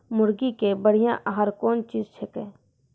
मुर्गी के बढ़िया आहार कौन चीज छै के?